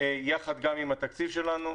יחד עם התקציב שלנו,